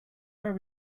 are